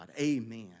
Amen